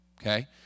okay